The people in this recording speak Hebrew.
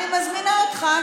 אני מזמינה אותך,